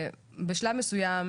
בשלב מסוים